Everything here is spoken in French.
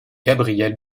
gabriel